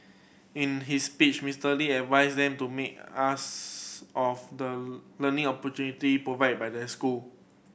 in his speech Mister Lee advised them to make us of the learning opportunity provided by their school